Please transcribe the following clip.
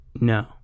no